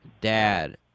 Dad